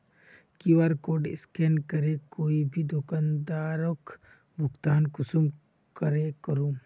QR code scan करे कोई भी दुकानदारोक भुगतान कुंसम करे करूम?